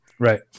Right